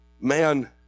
Man